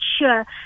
sure